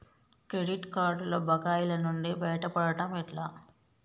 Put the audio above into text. Credit కార్డుల బకాయిల నుండి బయటపడటం ఎట్లా?